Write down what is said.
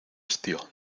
estío